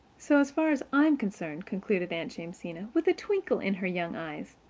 so, as far as i am concerned, concluded aunt jamesina, with a twinkle in her young eyes,